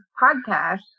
podcast